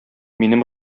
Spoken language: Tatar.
минем